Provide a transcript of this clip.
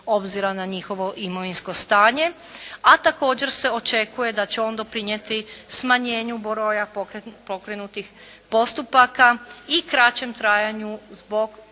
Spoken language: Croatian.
obzira na njihovo imovinsko stanje. A također se očekuje da će on doprinijeti smanjenju broja pokrenutih postupaka i kraćem trajanju zbog